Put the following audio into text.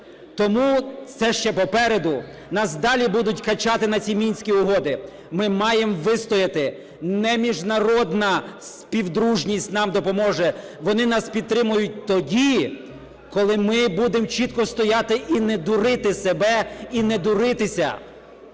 Тому це ще попереду. Нас далі будуть качати на ці Мінські угоди. Ми маємо вистояти. Не міжнародна співдружність нам допоможе, вони нас підтримають тоді, коли ми будемо чітко стояти і не дурити себе, і не дуритися.